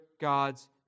God's